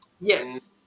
Yes